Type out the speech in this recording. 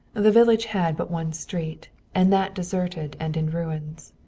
the village had but one street, and that deserted and in ruins.